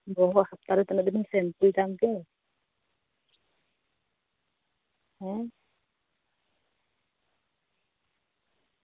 ᱵᱚᱦᱚᱜ ᱥᱚᱯᱛᱟᱦᱚ ᱨᱮ ᱛᱤᱱᱟᱹᱜ ᱫᱤᱱᱮᱢ ᱥᱮᱢᱯᱩᱭᱮᱫ ᱠᱟᱱᱛᱮ